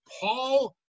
Paul